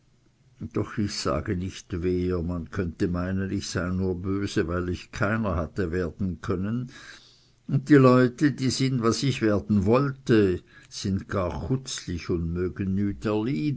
doch ich sage nicht wer man könnte meinen ich sei nur böse weil ich keiner hatte werden können und die leute die sind was ich werden wollte sind gar chutzlich und mögen